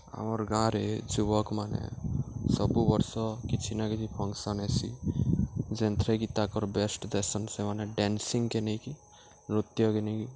ଆମର୍ ଗାଁରେ ଯୁବକ୍ମାନେ ସବୁ ବର୍ଷ କିଛି ନା କିଛି ଫଙ୍କ୍ସନ୍ ହେସି ଯେନ୍ଥିରେ କି ତାକର୍ ବେଷ୍ଟ୍ ଦେସନ୍ ସେମାନେ ଡ୍ୟାନ୍ସିଂ କେ ନେଇକି ନୃତ୍ୟ କେ ନେଇିକି